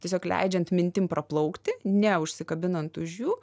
tiesiog leidžiant mintim praplaukti ne užsikabinant už jų